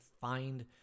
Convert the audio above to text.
find